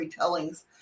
retellings